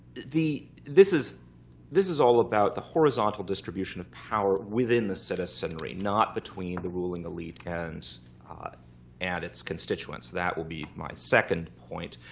this is this is all about the horizontal distribution of power within the citizenry, not between the ruling elite and and its constituents. that will be my second point.